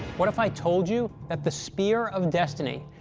what if i told you that the spear of destiny,